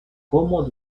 como